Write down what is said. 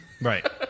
Right